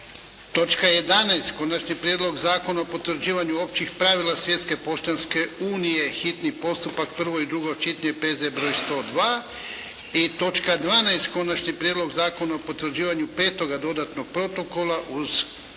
Točka 11.: - Konačni prijedlog zakona o potvrđivanju općih pravila Svjetske poštanske unije, hitni postupak, prvo i drugo čitanje, P.Z. br. 102, i točka 12.: - Konačni prijedlog zakona o potvrđivanju petoga dodatnog protokola uz